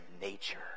nature